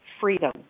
freedom